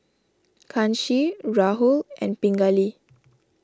Kanshi Rahul and Pingali